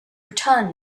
return